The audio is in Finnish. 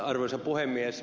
arvoisa puhemies